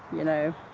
you know.